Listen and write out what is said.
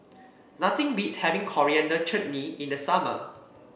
nothing beats having Coriander Chutney in the summer